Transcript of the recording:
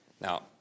Now